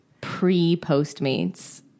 pre-Postmates